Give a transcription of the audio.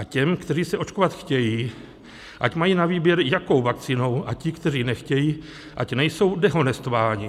Těm, kteří se očkovat chtějí, ať mají na výběr, jakou vakcínou, a ti, kteří nechtějí, ať nejsou dehonestováni.